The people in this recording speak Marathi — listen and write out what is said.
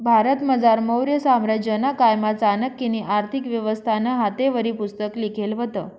भारतमझार मौर्य साम्राज्यना कायमा चाणक्यनी आर्थिक व्यवस्थानं हातेवरी पुस्तक लिखेल व्हतं